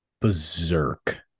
berserk